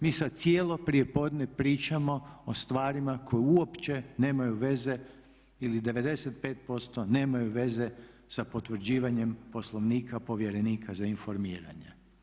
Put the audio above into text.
Mi sad cijelo prijepodne pričamo o stvarima koje uopće nemaju veze ili 95% nemaju veze sa potvrđivanjem Poslovnika povjerenika za informiranje.